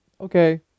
okay